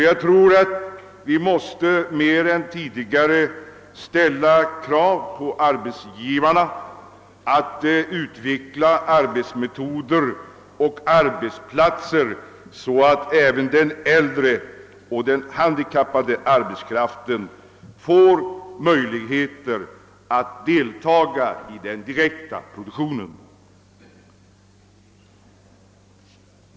Jag tror att vi mer än tidigare måste ställa det kravet på arbetsgivarna, att de utvecklar arbetsmetoder och arbetsplatser så att även den äldre och den handikappade arbetskraften får möjligheter att deltaga i den direkta produktionen.